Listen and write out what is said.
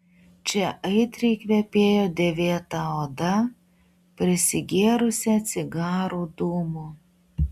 čia aitriai kvepėjo dėvėta oda prisigėrusią cigarų dūmų